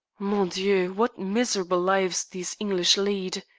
mon dieu! what miserable lives these english lead!